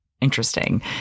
Interesting